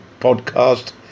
podcast